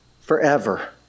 forever